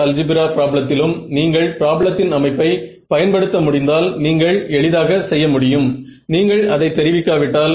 சில பேர் உங்களிடம் வந்து உங்களுடைய CEM பயனற்றது என்று சொல்வார்கள்